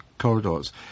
corridors